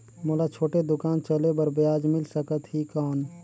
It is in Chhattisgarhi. मोला छोटे दुकान चले बर ब्याज मिल सकत ही कौन?